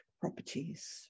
properties